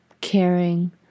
caring